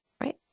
right